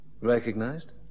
Recognized